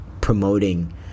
promoting